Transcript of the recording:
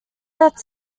that